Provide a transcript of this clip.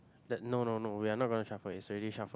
that no no no we are not gonna shuffle it's already shuffle